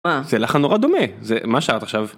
זה לחן נורא דומה, זה מה שרת עכשיו?